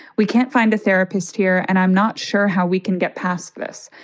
we can't find a therapist here and i'm not sure how we can get past this.